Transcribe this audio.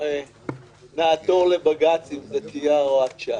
דיברו על זה במצבים שבהם כבר היו הוראות שעה.